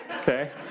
Okay